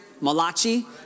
Malachi